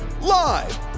live